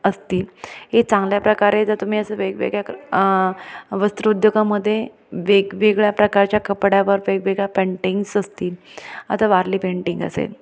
असतील हे चांगल्या प्रकारे जर तुम्ही असं वेगवेगळ्या वस्त्रोद्योगामध्ये वेगवेगळ्या प्रकारच्या कपड्यावर वेगवेगळ्या पेंटिंग्स असतील आता वारली पेंटिंग असेल